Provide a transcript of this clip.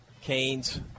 Canes